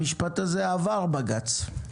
המשפט הזה עבר בג"צ.